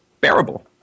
bearable